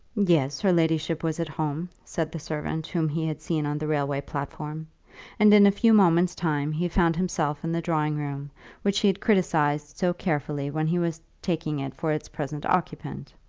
yes her ladyship was at home, said the servant whom he had seen on the railway platform and in a few moments' time he found himself in the drawing-room which he had criticized so carefully when he was taking it for its present occupant.